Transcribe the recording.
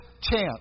chance